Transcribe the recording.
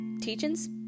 teachings